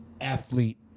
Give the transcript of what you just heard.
athlete